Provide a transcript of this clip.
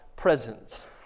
presence